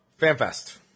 FanFest